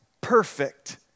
perfect